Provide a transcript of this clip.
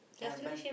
then I buy